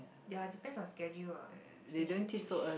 ya depends on schedule lah think she will teach